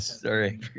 Sorry